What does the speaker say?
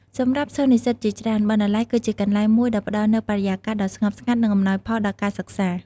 សម្រាប់សិស្សនិស្សិតជាច្រើន បណ្ណាល័យ គឺជាកន្លែងមួយដែលផ្តល់នូវបរិយាកាសដ៏ស្ងប់ស្ងាត់ និងអំណោយផលដល់ការសិក្សា។